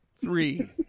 Three